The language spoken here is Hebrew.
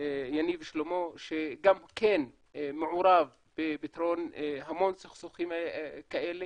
יניב שלמה, שגם כן מעורב בפתרון המון סכסוכים כאלה